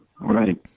right